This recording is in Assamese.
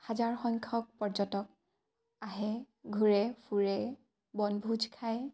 হাজাৰ সংখ্যক পৰ্যটক আহে ঘূৰে ফুৰে বনভোজ খায়